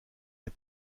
les